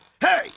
Hey